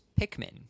Pikmin